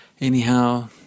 anyhow